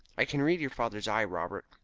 i can read your father's eye, robert.